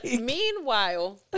Meanwhile